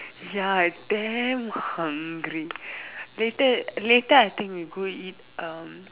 ya I damn hungry later later I think we go eat um